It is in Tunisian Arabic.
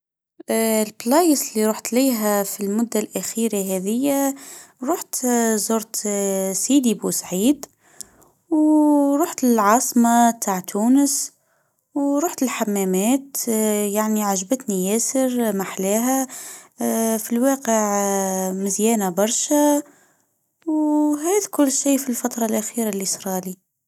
البلايس إللي رحت لها في المده الاخيره هذيه :روحت زورت سيدي بوسعيد ورحت العاصمه تع تونس ،ورحت الحمامات يعني عجبتني ياسر ماحلاها في الواقع مزيانه برشا وهيد كل شاي في الفتره الاخيره إللي سرالي.